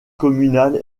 communal